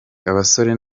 abasora